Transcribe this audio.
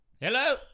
Hello